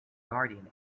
guardian